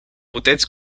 puteți